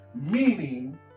meaning